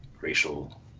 racial